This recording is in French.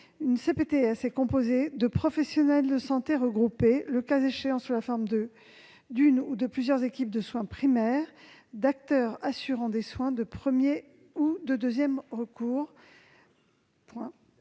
une CPTS « est composée de professionnels de santé regroupés, le cas échéant, sous la forme d'une ou de plusieurs équipes de soins primaires, d'acteurs assurant des soins de premier ou de deuxième recours